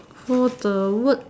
for the word